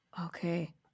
Okay